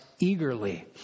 eagerly